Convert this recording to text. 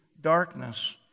darkness